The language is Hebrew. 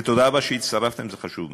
ותודה רבה שהצטרפתם, זה חשוב מאוד.